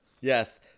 Yes